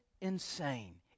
insane